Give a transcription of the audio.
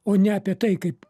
o ne apie tai kaip